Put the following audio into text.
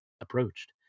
approached